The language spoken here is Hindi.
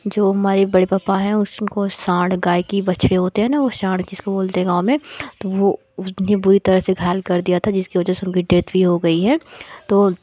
जो हमारे बड़े पप्पा हैं उसको सांड़ गाय के बछड़े होते हैं ना वह सांड़ जिसको बोलते हैं गाँव में तो वो इतने बुरी तरह से घायल कर दिया था जिसकी वजह से उनकी डेथ भी हो गई है तो